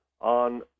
on